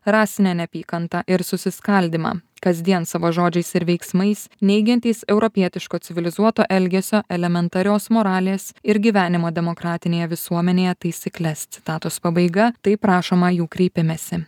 rasinę neapykantą ir susiskaldymą kasdien savo žodžiais ir veiksmais neigiantys europietiško civilizuoto elgesio elementarios moralės ir gyvenimo demokratinėje visuomenėje taisykles citatos pabaiga taip rašoma jų kreipimesi